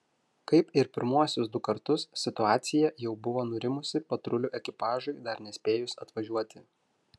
kaip ir pirmuosius du kartus situacija jau buvo nurimusi patrulių ekipažui dar nespėjus atvažiuoti